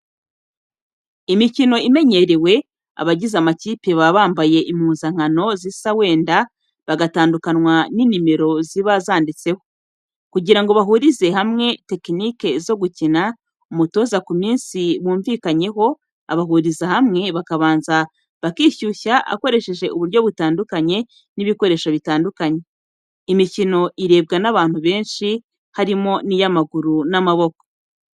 Imikino imenyerewe, abagize amakipe baba bambaye impuzankano zisa wenda bagatandukanwa n'inimero ziba zanditseho. Kugira ngo bahurize hamwe tekenike zo gukina, umutoza ku minsi bumvikanyeho abahuriza hamwe bakabanza bakishyushya akoresheje uburyo butandukanye n'ibikoresho bitandukanye. Imikino irebwa n'abantu benshi harimo iy'amaguru n'amaboko.